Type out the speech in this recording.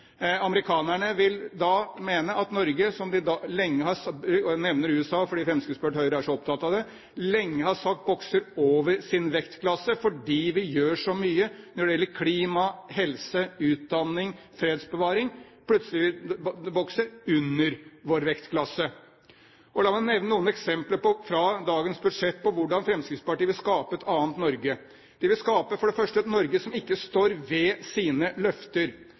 Amerikanerne – jeg nevner USA fordi Fremskrittspartiet og Høyre er så opptatt av det – vil da mene at Norge, som de lenge har sagt bokser over sin vektklasse fordi vi gjør så mye når det gjelder klima, helse, utdanning og fredsbevaring, plutselig bokser under vår vektklasse. La meg nevne noen eksempler fra dagens budsjett på hvordan Fremskrittspartiet vil skape et annet Norge. De vil for det første skape et Norge som ikke står ved sine løfter.